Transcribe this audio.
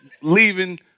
leaving